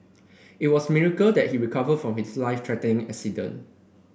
it was a miracle that he recovered from his life threatening accident